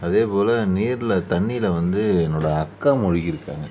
அதேபோல் நீரில் தண்ணியில் வந்து என்னோடய அக்கா முழுகியிருக்காங்க